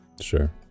sure